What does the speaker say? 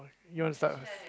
you want to start ah